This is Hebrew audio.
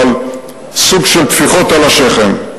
טפיחות על השכם.